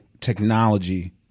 technology